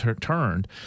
turned